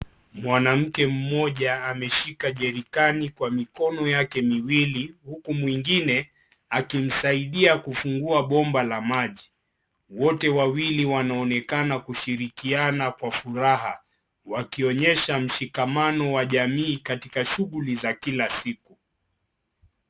Mwanamke mmoja ameshika jerikani kwa mkono wake miwili, huku mwingine akimsaidia kufungua bomba la maji, wote wawili wanaonekana kushirikiana kwa furaha, wakionyesha mshikamano wa jamii katika shughuli za kila siku.